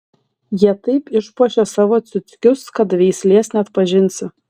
jie taip išpuošė savo ciuckius kad veislės neatpažinsi